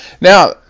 Now